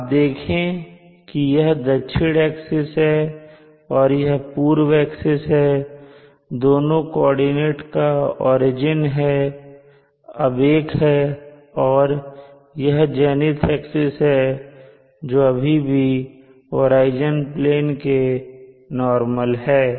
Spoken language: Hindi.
आप देखें की यह दक्षिण एक्सिस है और यह पूर्व एक्सिस है और दोनों कॉर्डिनेट का ओरिजिन अब एक है और यह जेनिथ एक्सिस है जो अभी भी होराइजन प्लेन के नॉर्मल है